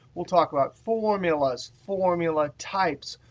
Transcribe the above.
we'll talk about formulas, formula types,